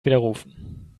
widerrufen